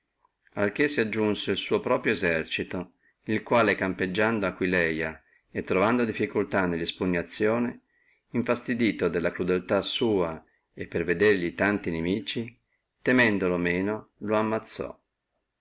si aggiunse el suo proprio esercito quale campeggiando aquileia e trovando difficultà nella espugnazione infastidito della crudeltà sua e per vederli tanti inimici temendolo meno lo ammazzò